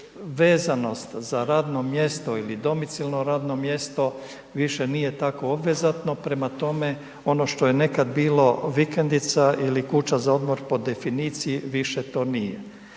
vezanost za radno mjesto ili domicilno radno mjesto više nije tako obvezatno, prema tome ono što je nekad bilo vikendica ili kuća za odmor po definiciji više to nije.